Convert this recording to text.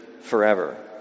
forever